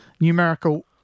numerical